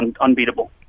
unbeatable